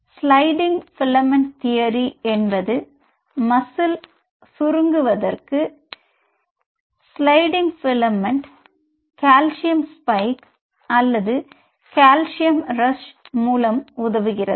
sliding filament theory என்பது மசுகிலே சுருங்குவதற்கு சுஹைளைடிங் பிலமென்ட் கால்சியம் ஸ்பைக் அல்லது கால்சியம் ரஷ் மூலம் உதவுகிறது